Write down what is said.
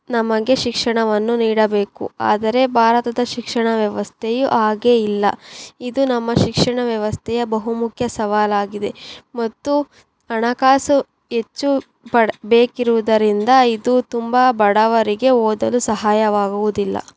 ನಮಗೆ ಶಿಕ್ಷಣವನ್ನು ನೀಡಬೇಕು ಆದರೆ ಭಾರತದ ಶಿಕ್ಷಣ ವ್ಯವಸ್ಥೆಯು ಹಾಗೆ ಇಲ್ಲ ಇದು ನಮ್ಮ ಶಿಕ್ಷಣ ವ್ಯವಸ್ಥೆಯ ಬಹು ಮುಖ್ಯ ಸವಾಲಾಗಿದೆ ಮತ್ತು ಹಣಕಾಸು ಹೆಚ್ಚು ಬೇಕಿರುವುದರಿಂದ ಇದು ತುಂಬ ಬಡವರಿಗೆ ಓದಲು ಸಹಾಯವಾಗುವುದಿಲ್ಲ